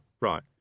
right